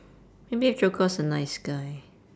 maybe if joker was a nice guy